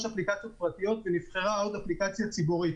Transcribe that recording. אפליקציות פרטיות ונבחרה עוד אפליקציה ציבורית.